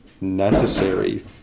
necessary